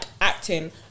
acting